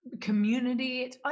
community